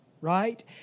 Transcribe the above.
right